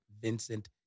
Vincent